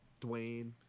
dwayne